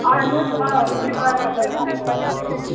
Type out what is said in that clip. اَہَن حظ آ أسۍ چھِ بَرابَر آفٲرٕس دِوان